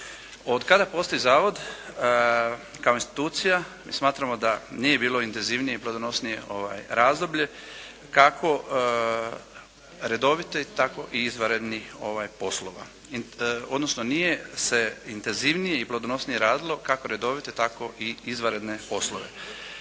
Od kada postoji zavod kao institucija smatramo da nije bilo intenzivnije i plodonosnije razdoblje kako redovite tako i izvanrednih poslova. Odnosno nije se intenzivnije i plodonosnije radilo kako redovite tako i izvanredne poslove.